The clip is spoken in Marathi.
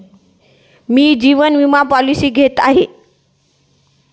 मी जीवन विमा पॉलिसी घेत आहे